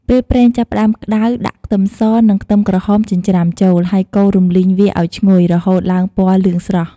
ពេលប្រេងចាប់ផ្ដើមក្ដៅ ដាក់ខ្ទឹមស និងខ្ទឹមក្រហមចិញ្ច្រាំចូល ហើយកូររំលីងវាឱ្យឈ្ងុយ រហូតឡើងពណ៌លឿងស្រស់។